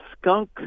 skunk